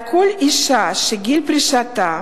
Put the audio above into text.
על כל אשה שגיל פרישתה